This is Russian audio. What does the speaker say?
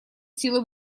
силы